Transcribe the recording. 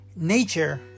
Nature